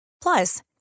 Plus